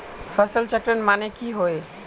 फसल चक्रण माने की होय?